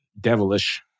devilish